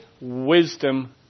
wisdom